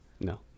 no